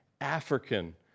African